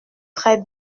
très